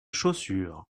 chaussures